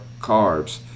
carbs